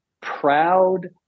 proud